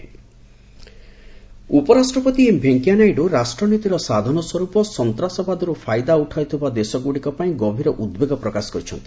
VP terrorism ଉପରାଷ୍ଟ୍ରପତି M Venkaiah Naidu ରାଷ୍ଟ୍ରନୀତିର ସାଧନସ୍ୱର୍ପ ସନ୍ତାସବାଦରୁ ଫାଇଦା ଉଠାଉଥିବା ଦେଶଗୁଡ଼ିକ ପାଇଁ ଗଭୀର ଉଦ୍ବେଗ ପ୍ରକାଶ କରିଛନ୍ତି